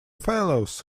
fellows